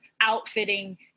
outfitting